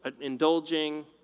indulging